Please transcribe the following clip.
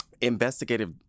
Investigative